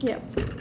yup